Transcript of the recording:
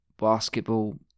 basketball